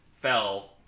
fell